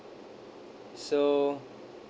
so